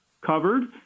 covered